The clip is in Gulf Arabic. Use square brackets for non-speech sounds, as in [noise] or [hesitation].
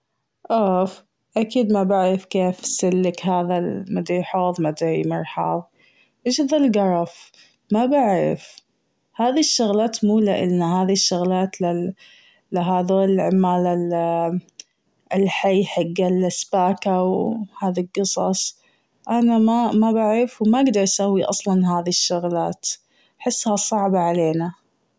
أوف! أكيد ما بعرف كيف سلك هذا ال مدري حوض مدري ايش ذا القرف ما بعرف. هذي الشغلات مو لإلنا هذي الشغلات لهذول العمال ال- [hesitation] الحي حق السباكة وهذا القصص ما بعرف و ما اقدر اسوي أصلاً هذي الشغلات. احسها صعبة علينا.